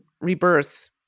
Rebirth